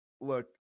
Look